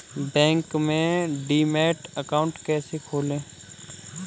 Bank में demat account कैसे खोलें?